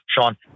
Sean